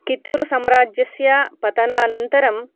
कित्तूरुसाम्राज्यस्य पतनानन्तरं